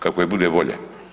Kako je bude volja.